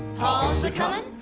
paul's a comin'?